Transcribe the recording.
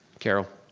carol?